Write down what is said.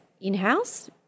in-house